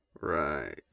Right